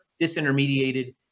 disintermediated